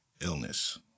illness